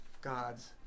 god's